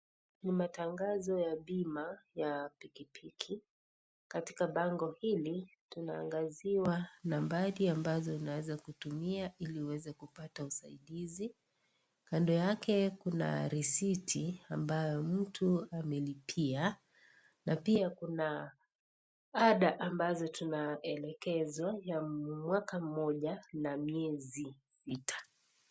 Ni matangazo ya bima ya pikipiki, katika bango hili tunaangaziwa nambari ambazo tunaweza kutumia hili uweze kupata usaidizi , kando yake kuna risiti ambayo mtu amelipia na pia kuna ada ambazo tunaelekezwa ya mwaka mmoja na mwezi sita.